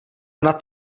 ona